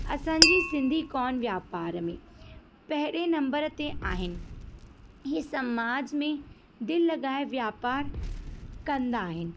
असांजी सिंधी कोन व्यापार में पहिरें नंबर ते आहिनि ईअं समाज में दिलि लगाए व्यापारु कंदा आहिनि